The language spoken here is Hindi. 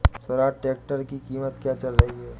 स्वराज ट्रैक्टर की कीमत क्या चल रही है?